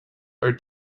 are